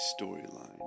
storyline